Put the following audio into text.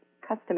custom